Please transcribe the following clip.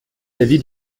l’avis